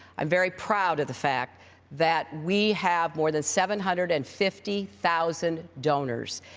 i'm very proud of the fact that we have more than seven hundred and fifty thousand donors,